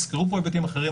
נסקרו פה היבטים אחרים,